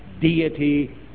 deity